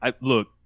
Look